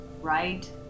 right